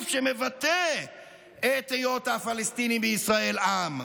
שמבטא את היות הפלסטינים בישראל עם.